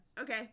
Okay